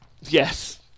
Yes